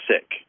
sick